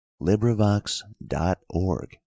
LibriVox.org